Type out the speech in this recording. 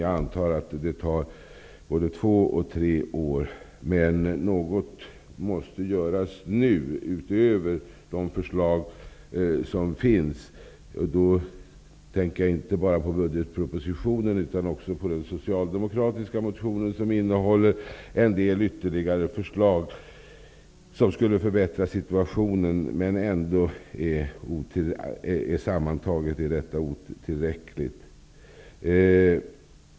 Jag antar att det tar både två och tre år. Men något måste göras nu, utöver de förslag som finns. Jag tänker inte bara på budgetpropositionen, utan också på den socialdemokratiska motionen, som innehåller en del ytterligare förslag som skulle förbättra situationen. Men sammantaget är detta ändå otillräckligt.